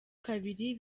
kabiri